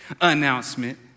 announcement